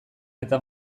eta